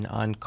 on